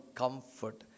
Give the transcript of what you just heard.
comfort